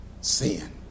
sin